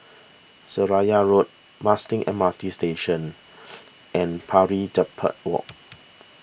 Seraya Road Musting M R T Station and Pari the Per Walk